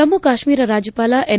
ಜಮ್ಮು ಕಾಶ್ಮೀರ ರಾಜ್ಯಪಾಲ ಎನ್